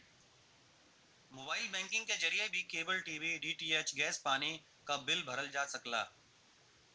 mobile banking के जरिए भी केबल टी.वी डी.टी.एच गैस पानी क बिल भरल जा सकला